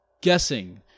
guessing